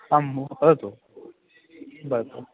आं वदतु वदतु